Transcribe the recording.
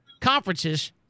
conferences